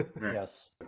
Yes